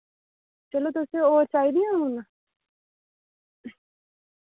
चलाओ तुसें और चाहिदियां हून